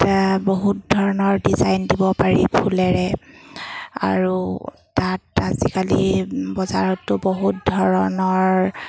বহুত ধৰণৰ ডিজাইন দিব পাৰি ফুলেৰে আৰু তাত আজিকালি বজাৰতো বহুত ধৰণৰ